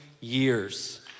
years